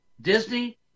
Disney